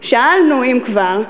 שאלנו, אם כבר,